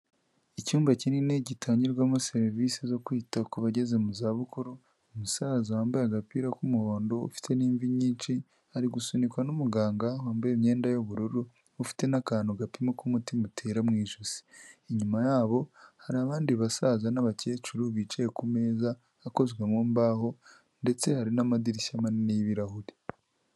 Icyumba kinini gitangirwamo serivisi zo kwita ku bageze mu za bukuru, umusaza wambaye agapira k'umuhondo ufite n'imvi nyinshi ari gusunikwa n'umuganga wambaye imyenda y'ubururu, ufite n'akantu gapima uko umutima utera mu ijosi, inyuma yabo hari abandi basaza n'abakecuru bicaye ku meza akozwe mu mbaho, ndetse hari n'amadirishya manini y'ibirahure.